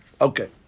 Okay